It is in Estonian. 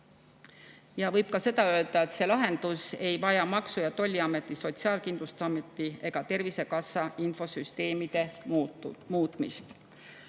Võib öelda ka seda, et see lahendus ei vaja Maksu- ja Tolliameti, Sotsiaalkindlustusameti ega Tervisekassa infosüsteemide muutmist.